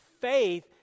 Faith